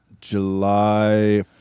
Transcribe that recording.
July